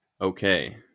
Okay